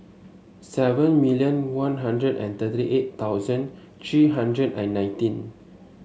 seven million One Hundred and thirty eight thousand three hundred and nineteen